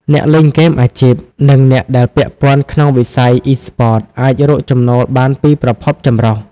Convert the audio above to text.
អ្នកលេងហ្គេមអាជីព និងអ្នកដែលពាក់ព័ន្ធក្នុងវិស័យអ៊ីស្ព័ត អាចរកចំណូលបានពីប្រភពចម្រុះ។